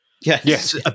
Yes